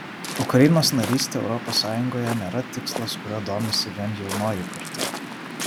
ukrainos narystė europos sąjungoje nėra tikslas kuriuo domisi vien jaunoji karta